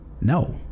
No